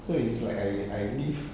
so it's like I I leave